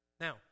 Now